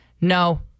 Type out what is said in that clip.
no